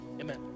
amen